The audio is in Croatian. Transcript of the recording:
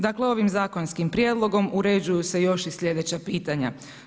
Dakle, ovim zakonskim prijedlogom uređuju se još i slijedeća pitanja.